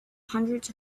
hundreds